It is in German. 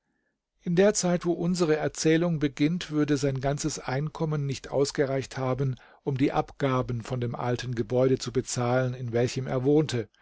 in der zeit wo unsere erzählung beginnt würde sein ganzes einkommen nicht ausgereicht haben um die abgaben von dem alten gebäude zu bezahlen in welchem er wohnte